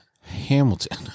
Hamilton